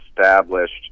established